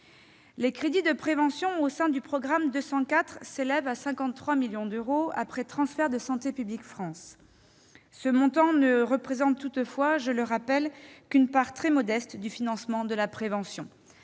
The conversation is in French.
Les crédits de prévention au sein du programme 204 s'élèvent à 53 millions d'euros, après transfert de l'ANSP. Ce montant ne représente toutefois, je le rappelle, qu'une part très modeste du financement de la prévention.